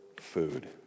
food